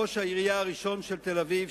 ראש העירייה הראשון של תל-אביב,